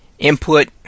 Input